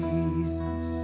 Jesus